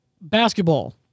basketball